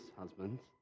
husbands